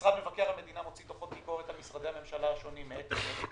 משרד מבקר המדינה מוציא דוחות ביקורת על משרדי הממשלה השונים מעת לעת.